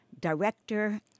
director